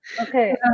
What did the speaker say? Okay